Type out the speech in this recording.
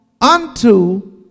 unto